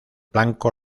blanco